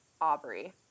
Aubrey